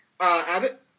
Abbott